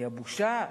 כי הבושה,